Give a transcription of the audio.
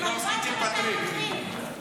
התבלבלתם לגמרי.